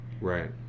Right